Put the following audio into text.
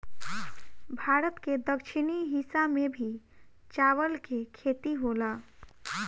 भारत के दक्षिणी हिस्सा में भी चावल के खेती होला